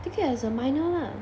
take it as a minor lah